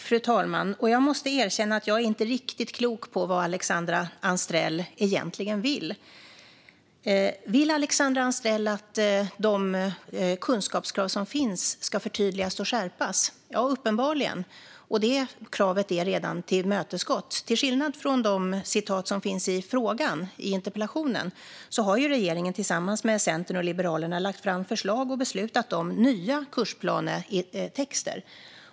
Fru talman! Jag måste erkänna att jag inte blir riktigt klok på vad Alexandra Anstrell egentligen vill. Vill Alexandra Anstrell att de kunskapskrav som finns ska förtydligas och skärpas? Uppenbarligen, och det kravet är redan tillmötesgått. Till skillnad från vad som framgår av de citat som finns i interpellationen har regeringen tillsammans med Centern och Liberalerna lagt fram förslag och beslutat om nya kursplanetexter.